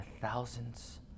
thousands